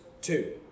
two